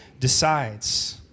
decides